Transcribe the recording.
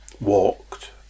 walked